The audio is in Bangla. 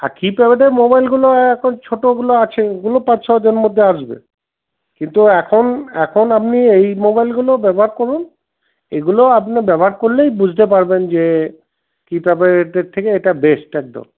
আর কিপ্যাডের মোবাইলগুলো এখন ছোটোগুলো আছে ওগুলো পাঁচ ছ হাজারের মধ্যে আসবে কিন্তু এখন এখন আপনি এই মোবাইলগুলো ব্যবহার করুন এগুলো আপনার ব্যবহার করলেই বুঝতে পারবেন যে কিপ্যাডের এটা থেকে এটা বেস্ট একদম